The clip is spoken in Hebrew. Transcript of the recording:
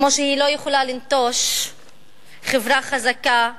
כמו שהיא לא יכולה לנטוש חברה חזקה כלשהי.